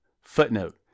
Footnote